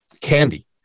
Candy